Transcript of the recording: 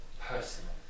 personal